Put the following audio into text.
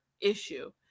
issue